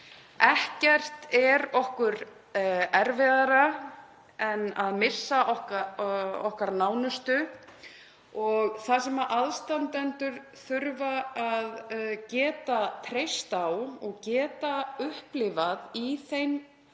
Ekkert er okkur erfiðara en að missa okkar nánustu og það sem aðstandendur þurfa að geta treyst á og geta upplifað í þeim